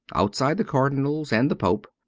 outside the cardinals and the pope.